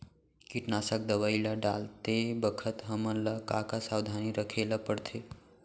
कीटनाशक दवई ल डालते बखत हमन ल का का सावधानी रखें ल पड़थे?